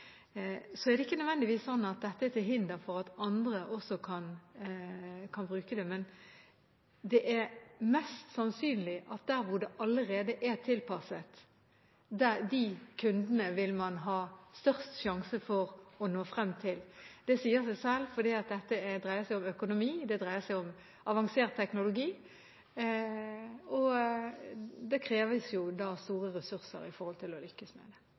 er ikke nødvendigvis slik at dette er til hinder for at andre også kan bruke det, men det er mest sannsynlig at der hvor det allerede er tilpasset, vil man ha størst sjanse for å nå frem til kundene. Det sier seg selv, for dette dreier seg om økonomi og avansert teknologi, og det kreves store ressurser med tanke på å lykkes med det.